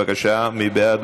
בבקשה, מי בעד?